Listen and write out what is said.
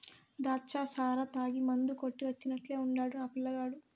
దాచ్చా సారా తాగి మందు కొట్టి వచ్చినట్టే ఉండాడు ఆ పిల్లగాడు